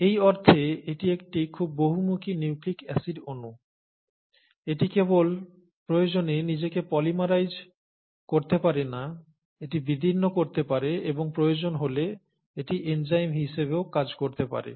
এই অর্থে এটি একটি খুব বহুমুখী নিউক্লিক অ্যাসিড অণু এটি কেবল প্রয়োজনে নিজেকে পলিমারাইজ করতে পারে না এটি বিদীর্ণ করতে পারে এবং প্রয়োজন হলে এটি এনজাইম হিসাবেও কাজ করতে পারে